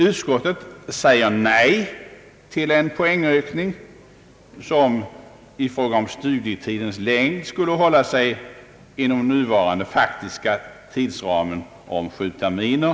Utskottet säger nej till en poängökning som i fråga om studietidens längd skulle hålla sig inom den nuvarande faktiska tidsramen om sju terminer.